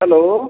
hello